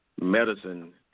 medicine